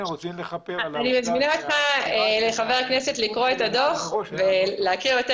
אני מזמינה את חבר הכנסת לקרוא את הדוח ולהכיר יותר